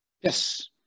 Yes